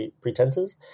pretenses